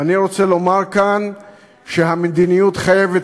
ואני רוצה לומר כאן שהמדיניות חייבת